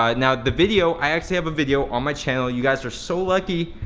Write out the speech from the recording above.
ah now the video, i actually have a video on my channel. you guys are so lucky,